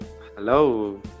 Hello